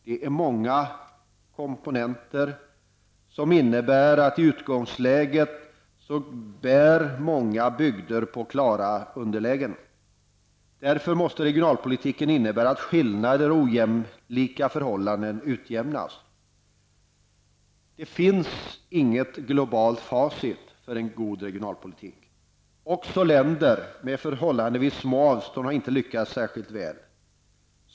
Det är många komponenter som innebär att många bygder i utgångsläget befinner sig i ett klart underläge. Därför måste regionalpolitiken medföra att skillnader och ojämlika förhållanden utjämnas. Det finns inget globalt facit för en god regionalpolitik. Länder med förhållandevis små avstånd har inte heller lyckats särskilt väl.